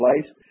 place